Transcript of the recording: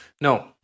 No